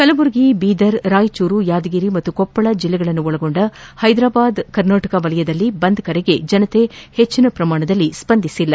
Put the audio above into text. ಕಲಬುರಗಿ ಬೀದರ್ ರಾಯಚೂರು ಯಾದಗಿರಿ ಮತ್ತು ಕೊಪ್ಪಳ ಜಿಲ್ಲೆಗಳನ್ನೊಳಗೊಂಡ ಹೈದರಾಬಾದ್ ಕರ್ನಾಟಕ ವಲಯದಲ್ಲಿ ಬಂದ್ ಕರೆಗೆ ಜನತೆ ಹೆಚ್ಚಿನ ಪ್ರಮಾಣದಲ್ಲಿ ಸ್ಪಂದಿಸಿಲ್ಲ